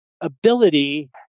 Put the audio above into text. ability